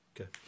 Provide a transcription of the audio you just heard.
Okay